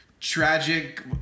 tragic